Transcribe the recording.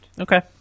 Okay